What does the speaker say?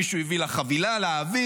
מישהו הביא לך חבילה להעביר?